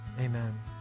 Amen